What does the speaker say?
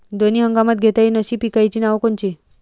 दोनी हंगामात घेता येईन अशा पिकाइची नावं कोनची?